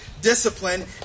discipline